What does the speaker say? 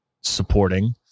supporting